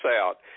out